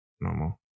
normal